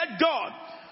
God